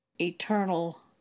eternal